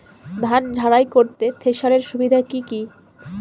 ধান ঝারাই করতে থেসারের সুবিধা কি কি?